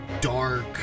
dark